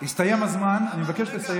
למה לא קידמת חקיקה, הסתיים הזמן, אני מבקש לסיים.